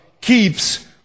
keeps